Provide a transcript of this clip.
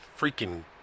freaking